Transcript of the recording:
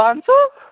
पाँच सौ